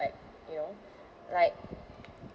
like you know like